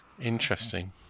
Interesting